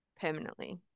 permanently